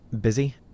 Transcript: busy